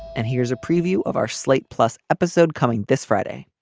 and here's a preview of our slate plus episode coming this friday.